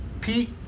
Pete